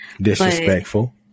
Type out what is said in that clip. Disrespectful